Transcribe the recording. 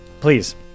please